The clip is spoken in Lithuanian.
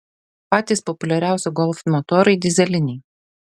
patys populiariausi golf motorai dyzeliniai